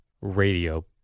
radio